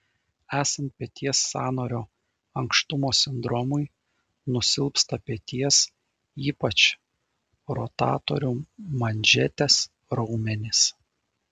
esant peties sąnario ankštumo sindromui nusilpsta peties ypač rotatorių manžetės raumenys